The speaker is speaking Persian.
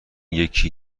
یکی